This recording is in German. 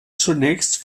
zunächst